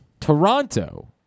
Toronto